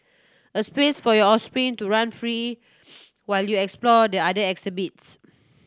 a space for your offspring to run free while you explore the other exhibits